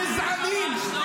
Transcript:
גזענים,